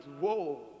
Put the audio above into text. whoa